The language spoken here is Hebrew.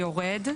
יורד.